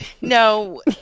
No